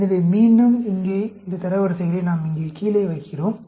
எனவே மீண்டும் இங்கே இந்த தரவரிசைகளை நாம் இங்கே கீழே வைக்கிறோம்